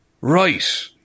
Right